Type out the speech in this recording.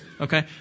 okay